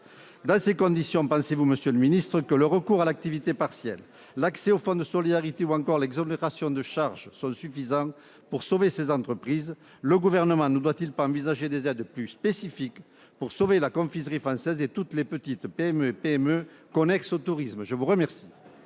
Dans ces conditions, pensez-vous, monsieur le ministre, que le recours à l'activité partielle, l'accès au fonds de solidarité, ou encore les exonérations de charges seront suffisants pour sauver ces entreprises ? Le Gouvernement ne doit-il pas envisager des aides plus spécifiques pour sauver la confiserie française et toutes les TPE et PME connexes au tourisme ? La parole